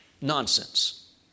Nonsense